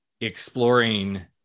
exploring